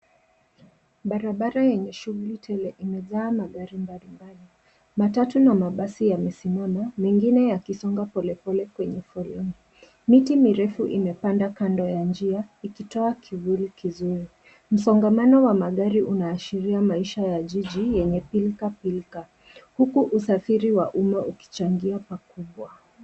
Barabara yenye shughuli tele imejaa magari mbalimbali. Matatu na mabasi yamesimama mengine yakisonga polepole kwenye foleni. Miti mirefu imepandwa kando ya njia ikitoa kiburi mzuri. Msongamano wa magari unaashiria maisha ya jiji yenye pilka pilka huku usafiri wa umma ukichangia pakubwa.